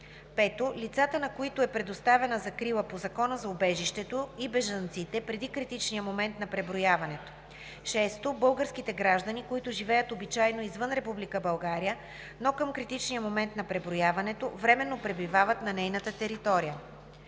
5. лицата, на които е предоставена закрила по Закона за убежището и бежанците преди критичния момент на преброяването; 6. българските граждани, които живеят обичайно извън Република България, но към критичния момент на преброяването временно пребивават на нейната територия;